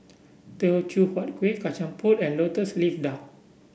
Teochew Huat Kuih Kacang Pool and lotus leaf duck